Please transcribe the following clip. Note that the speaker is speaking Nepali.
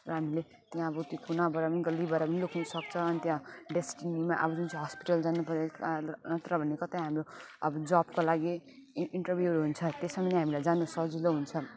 र हामीले त्यहाँ अब त्यो कुनाबाट पनि गल्लीबाट पनि लग्नु सक्छ अनि त त्यहाँ डेस्टिनीमा आउनु छ हस्पिटल जानुपर्यो अब नत्र भने कतै हाम्रो अब जबको लागि इ इन्टरभ्युहरू हुन्छ त्यसमा पनि हामीलाई जानु सजिलो हुन्छ